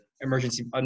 emergency